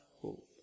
hope